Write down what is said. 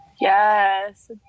yes